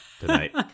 tonight